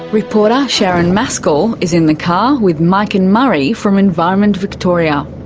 reporter sharon mascall is in the car with mike and murray from environment victoria.